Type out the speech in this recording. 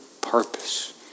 purpose